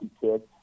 kids